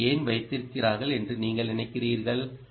ஓக்களை ஏன் வைத்திருக்கிறார்கள் என்று நீங்கள் நினைக்கிறீர்கள்